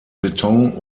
beton